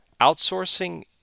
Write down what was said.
outsourcing